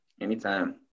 anytime